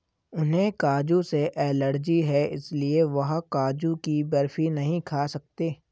उन्हें काजू से एलर्जी है इसलिए वह काजू की बर्फी नहीं खा सकते